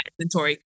inventory